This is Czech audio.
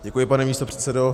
Děkuji, pane místopředsedo.